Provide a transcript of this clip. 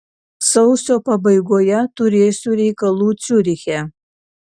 sausio pabaigoje turėsiu reikalų ciuriche